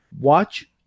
Watch